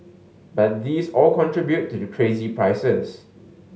but these all contribute to the crazy prices